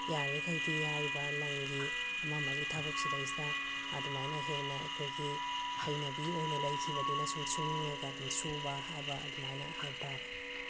ꯌꯥꯔꯤꯈꯩꯗꯤ ꯍꯥꯏꯔꯤꯕ ꯂꯪꯒꯤ ꯑꯃꯃꯒꯤ ꯊꯕꯛ ꯁꯤꯗꯩꯁꯤꯗ ꯑꯗꯨꯃꯥꯏꯅ ꯍꯦꯟꯅ ꯑꯩꯈꯣꯏꯒꯤ ꯍꯩꯅꯕꯤ ꯑꯣꯏꯅ ꯂꯩꯈꯤꯕꯅꯤꯅ ꯁꯨꯝ ꯁꯨꯅꯤꯡꯉꯒ ꯑꯗꯨꯝ ꯁꯨꯕ ꯍꯥꯏꯕ ꯑꯗꯨꯃꯥꯏꯅ ꯍꯥꯏꯕ ꯇꯥꯔꯦ